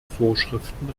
vorschriften